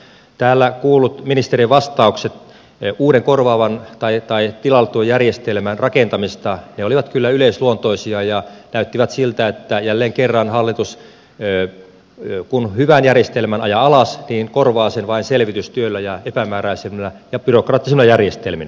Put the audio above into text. täällä kuullut ministerin vastaukset uuden tilalle tulevan järjestelmän rakentamisesta olivat kyllä yleisluontoisia ja näyttivät siltä että kun jälleen kerran hallitus hyvän järjestelmän ajaa alas niin se korvaa sen vain selvitystyöllä ja epämääräisemmillä ja byrokraattisilla järjestelmillä